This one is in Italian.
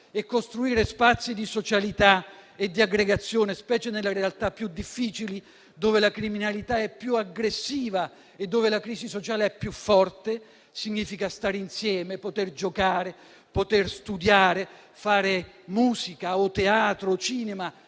Costruire spazi di socialità e di aggregazione, specie nelle realtà più difficili, dove la criminalità è più aggressiva e dove la crisi sociale è più forte, significa stare insieme, poter giocare, poter studiare, fare musica o teatro o cinema,